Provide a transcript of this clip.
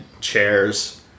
chairs